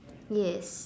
yes